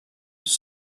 was